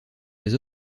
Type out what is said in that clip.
des